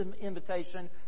invitation